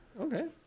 Okay